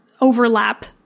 overlap